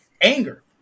anger